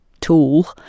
tool